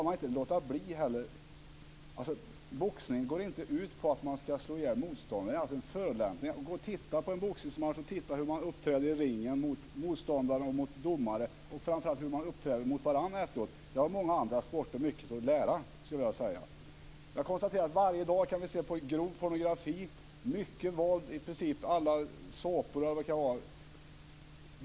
Jag kan inte låta bli att säga, fru talman, att boxning går inte ut på att man ska slå ihjäl motståndaren. Det är en förolämpning. Gå och titta på en boxningsmatch! Titta på hur man uppträder i ringen mot motståndare och mot domare, framför allt hur man uppträder mot varandra efteråt. Där har många andra sporter mycket att lära, skulle jag vilja säga. Jag konstaterar att vi varje dag kan se grov pornografi, mycket våld, i princip i alla såpor eller vad det kan vara.